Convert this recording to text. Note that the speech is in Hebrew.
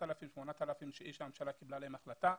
8,000-7,000 אנשים שהממשלה קיבלה לגביהם החלטה.